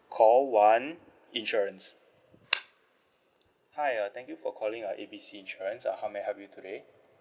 call one insurance hi uh thank you for calling uh A B C insurance uh how may I help you today